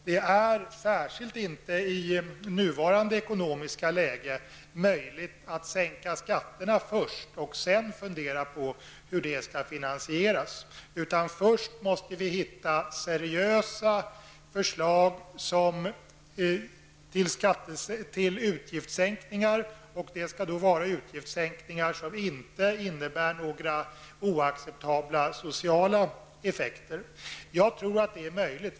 Det är särskilt inte i det nuvarande ekonomiska läget möjligt att sänka skatterna först och sedan fundera över hur det skall finansieras. Först måste vi hitta seriösa förslag till utgiftssänkningar. Det skall vara utgiftssänkningar som inte innebär några oacceptabla sociala effekter. Jag tror att detta är möjligt.